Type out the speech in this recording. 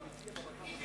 לא